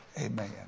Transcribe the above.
amen